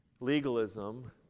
Legalism